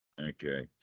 Okay